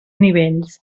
nivells